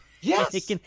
Yes